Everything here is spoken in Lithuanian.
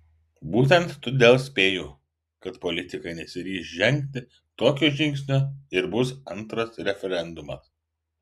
būtent todėl spėju kad politikai nesiryš žengti tokio žingsnio ir bus antras referendumas